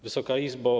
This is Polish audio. Wysoka Izbo!